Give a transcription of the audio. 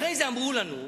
אחרי זה אמרו לנו: